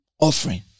Offering